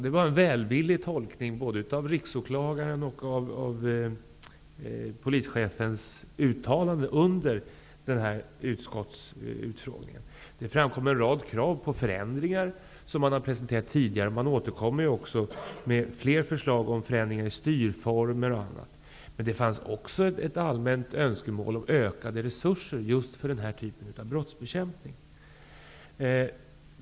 Det var en välvillig tolkning både av riksåklagarens och av polischefens uttalande under utskottsutfrågningen. Det framkom en rad krav på förändringar som även har presenterats tidigare. Man återkom också med fler förslag om förändringar när det gäller styrformer m.m. Det fanns också ett allmänt önskemål om ökade resurser just för den här typen av brottsbekämpning.